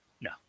No